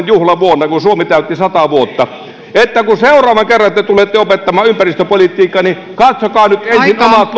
juhlavuonna kun suomi täytti sata vuotta että kun seuraavan kerran te tulette opettamaan ympäristöpolitiikkaa niin katsokaa nyt ensin omat